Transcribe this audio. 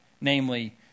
namely